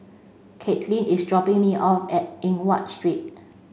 Katlin is dropping me off at Eng Watt Street